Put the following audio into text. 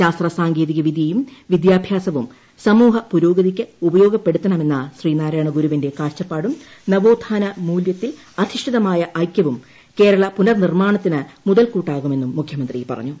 ശാസ്ത്ര സാങ്കേതിക വിദ്യ്യും വിദ്യാഭ്യാസവും സമൂഹ പുരോഗതിക്ക് ഉപയോഗപ്പെടുത്തണമെന്ന ശ്രീനാരായണഗുരുവിന്റെ കാഴ്ചപ്പാടും നവോത്ഥാന മൂല്യത്തിൽ അധിഷ്ഠിതമായ ഐക്യുവും കേരള പുനർനിർമാണത്തിന് മുതൽക്കൂട്ടാകുമെന്നും മുഖ്യമന്ത്രി പറഞ്ഞു